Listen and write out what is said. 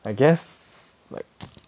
I guess like